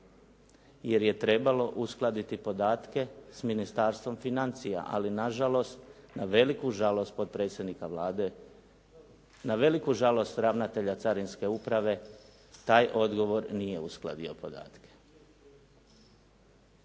jer je trebalo uskladiti podatke s Ministarstvom financija. Ali nažalost, na veliku žalost potpredsjednika Vlade, na veliku žalost ravnatelja Carinske uprave, taj odgovor nije uskladio podatke.